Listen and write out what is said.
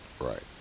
Right